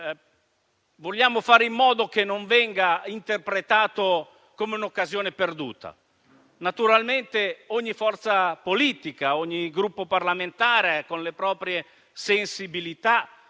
vogliamo fare in modo che non venga interpretato come un'occasione perduta. Naturalmente ogni forza politica, ogni Gruppo parlamentare, con le proprie sensibilità